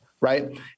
right